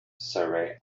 surrey